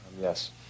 yes